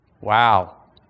Wow